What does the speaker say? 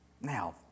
Now